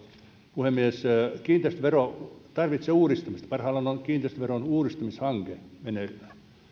puhemies kiinteistövero tarvitsee uudistamista parhaillaan on kiinteistöveron uudistamishanke meneillään